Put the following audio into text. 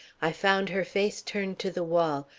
i found her face turned to the wall,